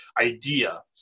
idea